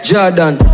Jordan